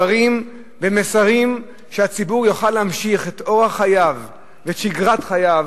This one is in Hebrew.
דברים ומסרים שהציבור יוכל להמשיך את אורח חייו ואת שגרת חייו,